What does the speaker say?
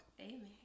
Amen